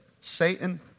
Satan